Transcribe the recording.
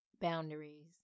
boundaries